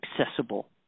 accessible